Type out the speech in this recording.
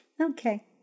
Okay